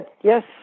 yes